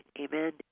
amen